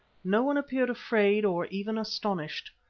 no one appeared afraid or even astonished.